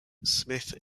smith